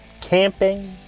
camping